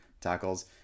tackles